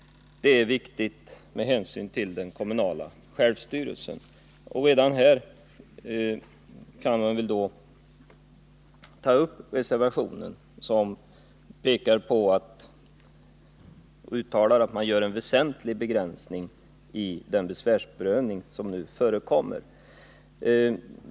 Det är viktigt med hänsyn till den kommunala självstyrelsen. Reservationen pekar på att man gör en väsentlig begränsning i den besvärsprövning som nu förekommer.